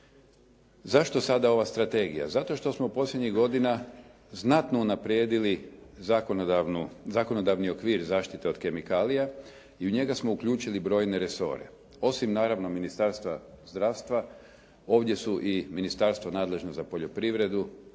Zašto sada ova strategija? Zato što smo posljednjih godina znatno unaprijedili zakonodavni okvir zaštite od kemikalija i u njega smo uključili brojne resore, osim naravno Ministarstva zdravstva ovdje su i Ministarstvo nadležno za poljoprivredu,